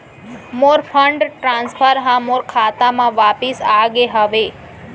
मोर fund transfer हा मोर खाता मा वापिस आ गे हवे